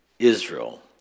Israel